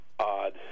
odd